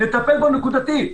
נטפל בו נקודתית,